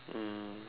mm